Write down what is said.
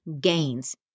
gains